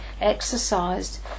exercised